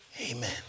Amen